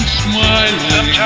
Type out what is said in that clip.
smiling